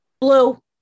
blue